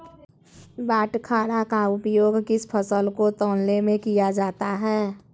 बाटखरा का उपयोग किस फसल को तौलने में किया जाता है?